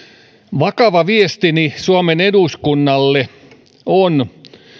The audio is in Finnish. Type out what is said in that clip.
vakava viestini suomen eduskunnalle on